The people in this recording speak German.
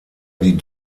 die